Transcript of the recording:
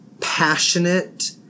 passionate